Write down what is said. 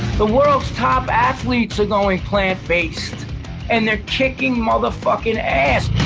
the world's top athletes are going plant-based and they're kicking motherfucking ass.